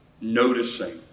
Noticing